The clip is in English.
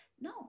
No